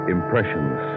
Impressions